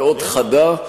מאוד חדה,